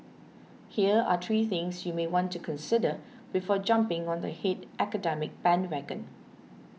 here are three things you may want to consider before jumping on the hate academic bandwagon